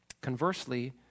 Conversely